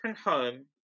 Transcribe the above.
home